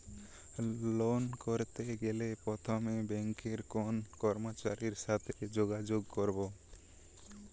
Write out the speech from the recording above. Loan করতে গেলে প্রথমে ব্যাঙ্কের কোন কর্মচারীর সাথে যোগাযোগ করব?